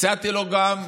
הצעתי לו גם,